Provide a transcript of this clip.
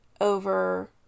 over